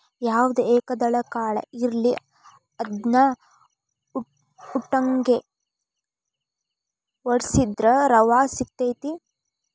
ಯಾವ್ದ ಏಕದಳ ಕಾಳ ಇರ್ಲಿ ಅದ್ನಾ ಉಟ್ಟಂಗೆ ವಡ್ಸಿದ್ರ ರವಾ ಸಿಗತೈತಿ